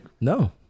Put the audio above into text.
No